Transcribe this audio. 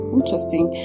interesting